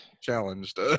challenged